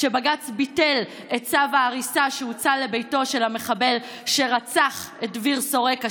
שבג"ץ ביטל את צו ההריסה שהוצא לביתו של המחבל שרצח את דביר שורק,